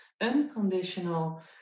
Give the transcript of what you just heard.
unconditional